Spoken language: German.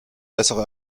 bessere